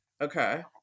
Okay